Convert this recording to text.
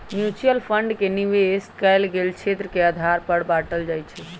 mutual fund के निवेश कएल गेल क्षेत्र के आधार पर बाटल जाइ छइ